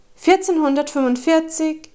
1445